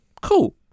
cool